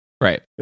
right